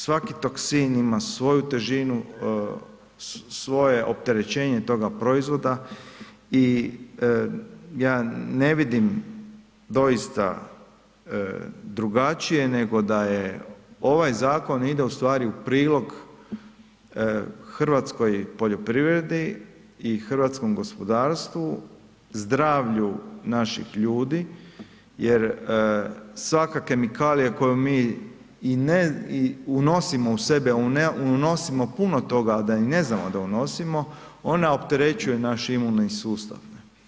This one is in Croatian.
Svaki toksin ima svoju težinu, svoje opterećenje toga proizvoda i ja ne vidim doista drugačije nego da je ovaj zakon ide u stvari u prilog hrvatskoj poljoprivredi i hrvatskom gospodarstvu, zdravlju naših ljudi jer svaka kemikalija koju mi i, unosimo u sebe, a unosimo puno toga a da i ne znamo da unosimo ona opterećuje naš imuni sustav.